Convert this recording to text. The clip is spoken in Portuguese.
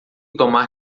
tomar